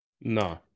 No